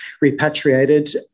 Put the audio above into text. repatriated